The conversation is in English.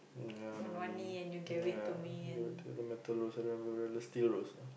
ya one only ya I gave it to you the metal rose and I borrow the steel rose ah